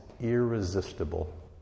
irresistible